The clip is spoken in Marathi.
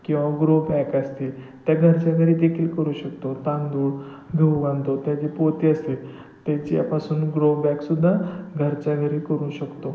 किंवा ग्रोपॅक असते त्या घरच्या घरी देखील करू शकतो तांदूळ गहू आणतो त्याचे पोते असते त्याच्यापासून ग्रोबॅकसुद्धा घरच्या घरी करू शकतो